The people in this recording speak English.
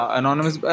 anonymous